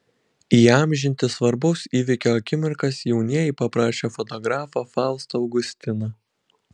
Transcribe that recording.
įamžinti svarbaus įvykio akimirkas jaunieji paprašė fotografą faustą augustiną